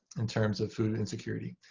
in terms of food insecurity.